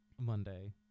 Monday